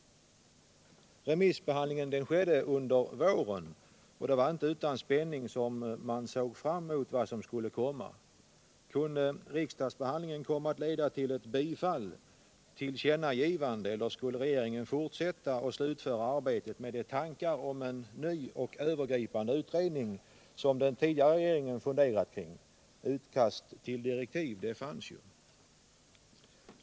Remissbehandlingen skedde under våren, och det var inte utan spänning man såg fram emot vad som skulle komma. Kunde riksdagsbehandlingen komma att leda till ett bifall eller ett tillkännagivande eller skulle regeringen fortsätta och slutföra arbetet med de tankar om en ny och övergripande utredning som den tidigare regeringen funderat kring? Utkast till direktiv fanns ju.